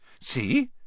See